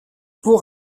pour